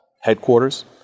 headquarters